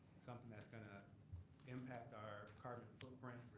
something that's gonna impact our carbon footprint,